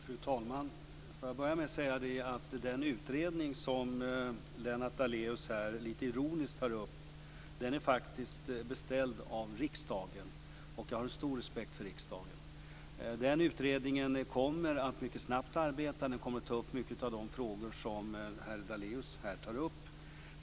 Fru talman! Låt mig börja med att säga att den utredning som Lennart Daléus här nämner litet ironiskt faktiskt är beställd av riksdagen. Jag har stor respekt för riksdagen. Utredningen kommer att arbeta mycket snabbt. Den kommer att ta upp mycket av de frågor som herr Daléus här tar upp.